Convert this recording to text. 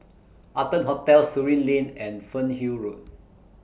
Arton Hotel Surin Lane and Fernhill Road